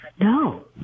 No